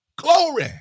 Glory